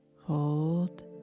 hold